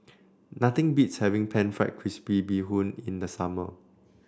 nothing beats having pan fried crispy Bee Hoon in the summer